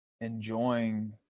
enjoying